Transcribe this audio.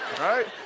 right